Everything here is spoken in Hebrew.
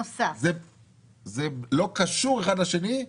זה לא קשור אחד לשני.